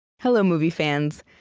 hello, movie fans.